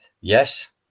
Yes